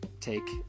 take